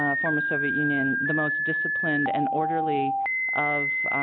ah former soviet union the most disciplined and orderly of